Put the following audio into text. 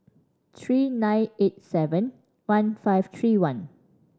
three nine eight seven one five three one